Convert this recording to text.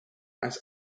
was